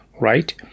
right